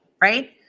right